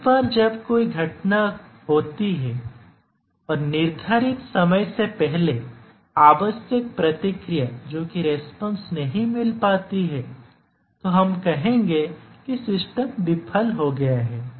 एक बार जब कोई घटना होती है और निर्धारित समय से पहले आवश्यक प्रतिक्रिया नहीं मिल पाती है तो हम कहेंगे कि सिस्टम विफल हो गया है